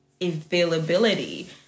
availability